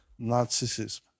narcissism